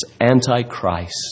anti-Christ